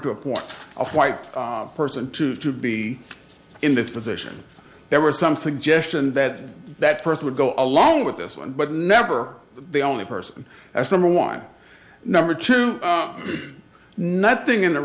to appoint a white person to be in this position there were some suggestion that that person would go along with this but never the only person that's number one number two nothing in the